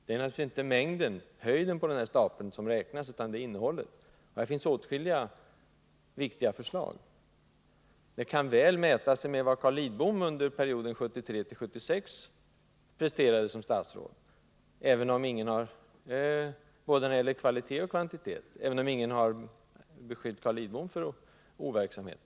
Det är naturligtvis inte höjden på stapeln av propositioner — som jag har med mig här — som räknas utan innehållet, och här finns åtskilliga viktiga förslag. De kan väl mäta sig med vad Carl Lidbom under perioden 1973-1976 presterade som statsråd, när det gäller både kvalitet och kvantitet, även om ingen precis har beskyllt Carl Lidbom för overksamhet.